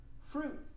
fruit